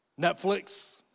Netflix